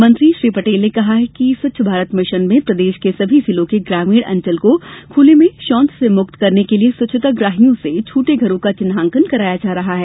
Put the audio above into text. मंत्री श्री पटेल ने कहा कि स्वच्छ भारत मिशन में प्रदेश के सभी जिलों के ग्रामीण अंचल को खुले में शौच से मुक्त करने के लिए स्वच्छाग्राहियों से छूटे घरों का चिन्हांकन कराया जा रहा है